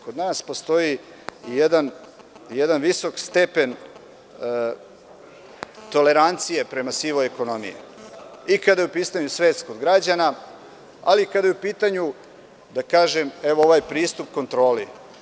Kod nas postoji i jedan visok stepen tolerancije prema sivoj ekonomiji i kada je u pitanju svest kod građana, ali i kada je u pitanju da kažem, evo ovaj pristup kontroli.